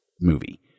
movie